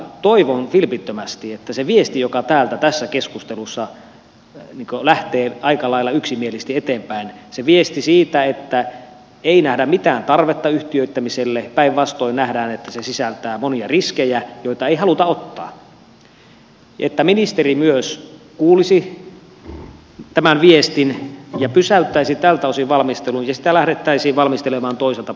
toivon vilpittömästi että sen viestin joka täältä tässä keskustelussa lähtee aika lailla yksimielisesti eteenpäin sen viestin siitä että ei nähdä mitään tarvetta yhtiöittämiselle päinvastoin nähdään että se sisältää monia riskejä joita ei haluta ottaa ministeri myös kuulisi ja pysäyttäisi tältä osin valmistelun ja asiaa lähdettäisiin valmistelemaan toiselta pohjalta